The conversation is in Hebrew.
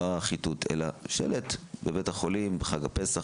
לא החיטוט אלא שלט בבית החולים בחג הפסח,